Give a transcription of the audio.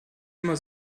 immer